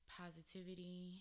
positivity